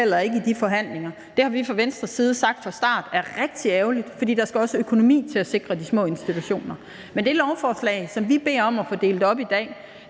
heller ikke i de forhandlinger. Det har vi fra Venstres side sagt fra starten er rigtig ærgerligt, for der skal også økonomi til at sikre de små institutioner. Men det lovforslag, som vi beder om at få delt op i dag,